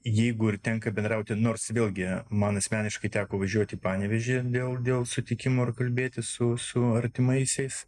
jeigu ir tenka bendrauti nors vėlgi man asmeniškai teko važiuoti į panevėžį dėl dėl sutikimo ir kalbėti su su artimaisiais